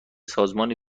سازمانی